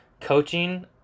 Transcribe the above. Coaching